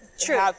True